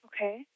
Okay